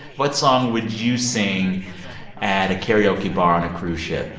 what song would you sing at a karaoke bar on a cruise ship?